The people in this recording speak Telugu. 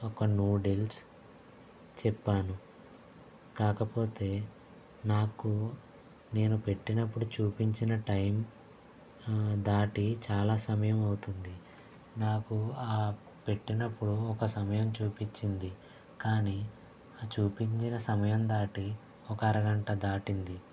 ఒక నూడిల్స్ చెప్పాను కాకపోతే నాకు నేను పెట్టినప్పుడు చూపించిన టైం దాటి చాలా సమయం అవుతుంది నాకు పెట్టినప్పుడు ఒక సమయం చూపించింది కానీ ఆ చూపించిన సమయం దాటి ఒక అరగంట దాటింది